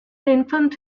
infant